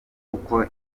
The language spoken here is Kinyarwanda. kuko